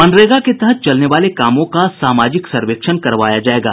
मनरेगा के तहत चलने वाले कामों का सामाजिक सर्वेक्षण करवाया जायेगा